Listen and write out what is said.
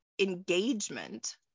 engagement